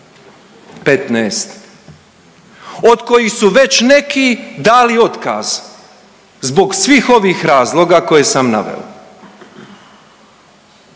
15 od kojih su već neki dali otkaz zbog svih ovih razloga koje sam naveo.